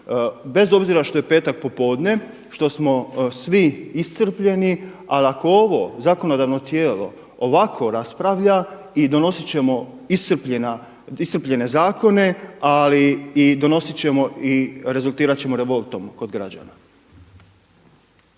Bez obzira što je petak popodne, što smo svi iscrpljeni ali ako ovo zakonodavno tijelo ovako raspravlja i donosit ćemo iscrpljene zakone ali i donosit ćemo i rezultirat ćemo revoltom kod građana.